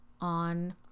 on